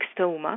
stoma